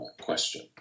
question